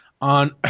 on